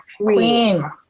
queen